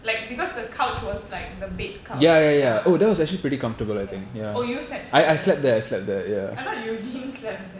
like because the couch was like the bed couch ya ya oh you slept there I thought eugene slept there